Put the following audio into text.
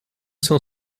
cent